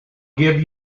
give